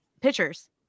pitchers